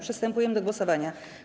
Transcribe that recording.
Przystępujemy do głosowania.